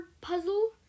puzzle